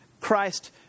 Christ